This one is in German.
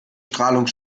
strahlung